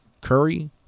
Curry